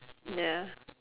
ya